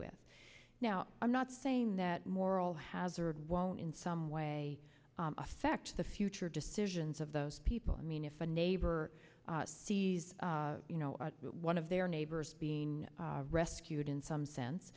with now i'm not saying that moral hazard won't in some way affect the future decisions of those people i mean if a neighbor sees you know one of their neighbors being rescued in some sense